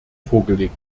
vorgelegt